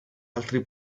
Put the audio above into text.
altri